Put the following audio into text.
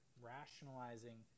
rationalizing